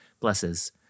blesses